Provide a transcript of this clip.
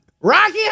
Rocky